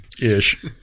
Ish